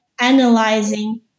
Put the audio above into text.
analyzing